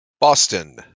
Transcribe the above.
boston